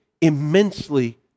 immensely